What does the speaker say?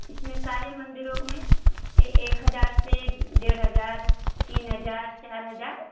इसमें सारे मंदिरों में ए एक हज़ार से डेढ़ हज़ार तीन हज़ार चार हज़ार